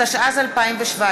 התשע"ז 2017,